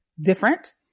different